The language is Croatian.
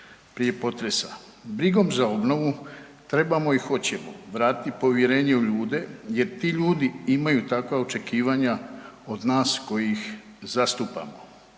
prije potresa. Brigom za obnovu, trebamo i hoćemo vratiti povjerenje u ljude jer ti ljudi imaju takva očekivanja od nas koji ih zastupamo.